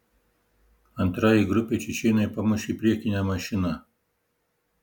antrajai grupei čečėnai pamušė priekinę mašiną